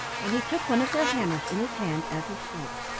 and he took one of their hammers in his hand as he spoke.